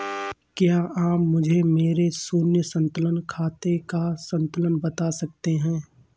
क्या आप मुझे मेरे शून्य संतुलन खाते का संतुलन बता सकते हैं?